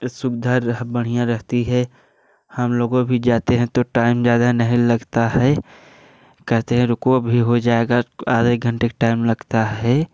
इस सुविधा रह बढ़िया रहती है हम लोगों भी जाते हैं तो टाइम ज़्यादा नहीं लगता है कहते हैं रुको अभी हो जाएगा आधे एक घंटे का टाइम लगता है